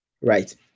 right